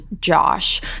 Josh